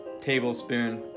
tablespoon